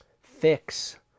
fix